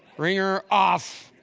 ringer off.